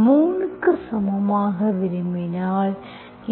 3 க்கு சமமாக விரும்பினால்